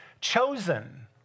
chosen